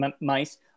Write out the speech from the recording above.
Mice